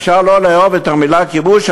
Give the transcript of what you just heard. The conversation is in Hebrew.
אפשר שלא לאהוב את המילה כיבוש,